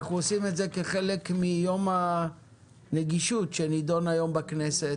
אנחנו עושים את זה כחלק מיום הנגישות שנערך היום בכנסת,